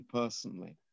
personally